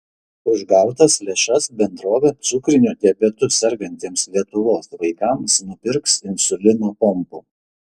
už gautas lėšas bendrovė cukriniu diabetu sergantiems lietuvos vaikams nupirks insulino pompų